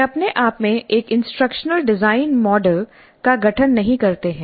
वे अपने आप में एक इंस्ट्रक्शनल डिजाइन मॉडल का गठन नहीं करते हैं